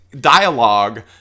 dialogue